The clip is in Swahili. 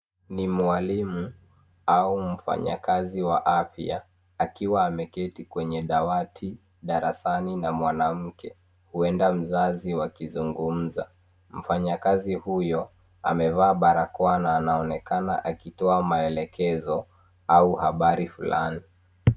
Ni mwalimu au mfanyakazi wa afya akiwa ameketi kwenye dawati darasani na mwanamke huenda mzazi wakizungumza mfanyakazi huyo amevaa barakoa na anaonekana akitoa maelekezo au habari fulani